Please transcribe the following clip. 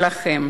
לכם